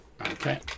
Okay